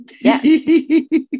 yes